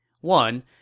One